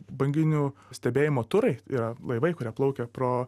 banginių stebėjimo turai yra laivai kurie plaukia pro